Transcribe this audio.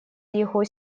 его